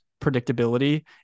predictability